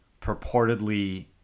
purportedly